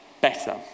better